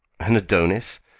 an adonis!